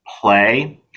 play